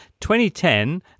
2010